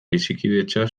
bizikidetza